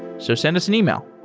so send us an email.